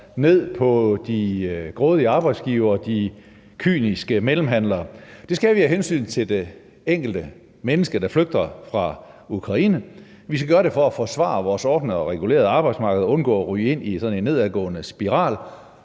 ned på de grådige arbejdsgivere, de kyniske mellemhandlere, og det skal vi af hensyn til det enkelte menneske, der flygter fra Ukraine, vi skal gøre det for at forsvare vores ordnede og regulerede arbejdsmarked og undgå at ryge ind i sådan en nedadgående spiral,